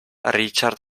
richard